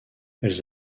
elles